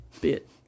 bit